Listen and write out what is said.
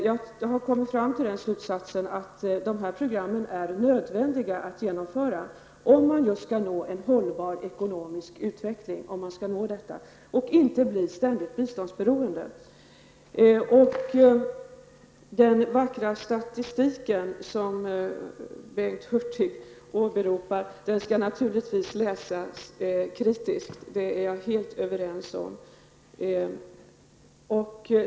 Jag har kommit fram till den slutsatsen att de här programmen är nödvändiga att genomföra om man skall nå en hållbar ekonomisk utveckling och inte bli ständigt biståndsberoende. Den vackra statistik som Bengt Hurtig åberopar skall naturligtvis läsas kritiskt. Det är jag helt överens med honom om.